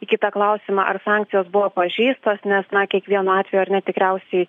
į kitą klausimą ar sankcijos buvo pažeistos nes na kiekvienu atveju ar ne tikriausiai